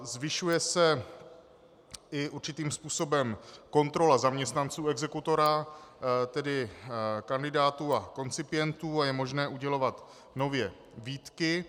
Zvyšuje se určitým způsobem kontrola zaměstnanců exekutora, tedy kandidátů a koncipientů, a je možné udělovat nově výtky.